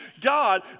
God